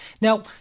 Now